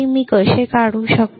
मी ते कसे काढू शकतो